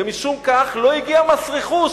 ומשום כך לא הגיע מס רכוש